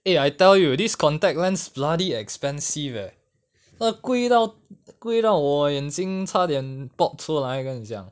eh I tell you this contact lens bloody expensive eh !wah! 贵到贵到我眼睛差点 tok 出来跟你讲